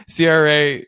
CRA